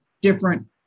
different